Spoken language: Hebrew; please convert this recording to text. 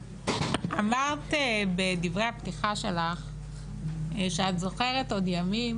אמרת בדברי הפתיחה שלך שאת זוכרת עוד ימים